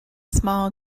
small